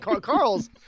Carl's